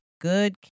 good